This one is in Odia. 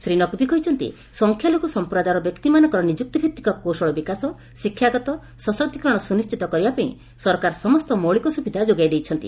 ଶ୍ରୀ ନକ୍ଭି କହିଛନ୍ତି ସଂଖ୍ୟାଲଘୁ ସମ୍ପ୍ରଦାୟର ବ୍ୟକ୍ତିମାନଙ୍କର ନିଯୁକ୍ତିଭିତ୍ତିକ କୌଶଳବିକାଶ ଶିକ୍ଷାଗତ ସଶକ୍ତିକରଣ ସୁନିଶ୍ଚିତ କରିବା ପାଇଁ ସରକାର ସମସ୍ତ ମୌଳିକ ସୁବିଧା ଯୋଗାଇ ଦେଇଛନ୍ତି